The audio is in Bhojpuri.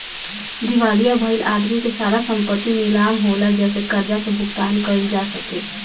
दिवालिया भईल आदमी के सारा संपत्ति नीलाम होला जेसे कर्जा के भुगतान कईल जा सके